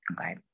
Okay